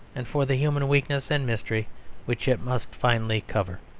and for the human weakness and mystery which it must finally cover.